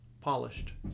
polished